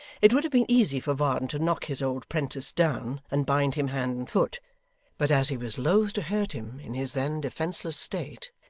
it would have been easy for varden to knock his old prentice down, and bind him hand and foot but as he was loth to hurt him in his then defenceless state,